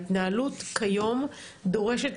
ההתנהלות כיום דורשת,